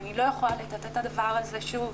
אני לא יכולה לטאטא את הדבר הזה שוב,